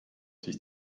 sich